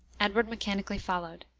edward mechanically followed.